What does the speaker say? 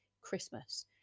Christmas